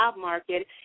market